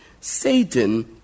Satan